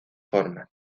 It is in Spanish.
forma